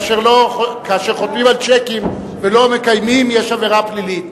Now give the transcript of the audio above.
כאשר חותמים על צ'קים ולא מקיימים יש עבירה פלילית.